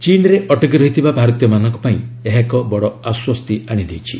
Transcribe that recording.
ଚୀନ୍ରେ ଅଟକି ରହିଥିବା ଭାରତୀୟମାନଙ୍କ ପାଇଁ ଏହା ଏକ ବଡ଼ ଆଶ୍ୱସ୍ତୀ ଆଣିଦେଇଛି